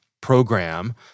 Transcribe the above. program